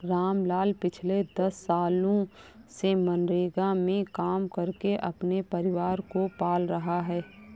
रामलाल पिछले दस सालों से मनरेगा में काम करके अपने परिवार को पाल रहा है